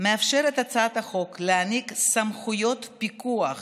מאפשרת הצעת החוק להעניק סמכויות פיקוח